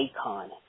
icon